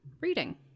reading